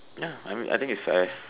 ya I mean I think it's as